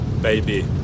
baby